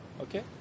okay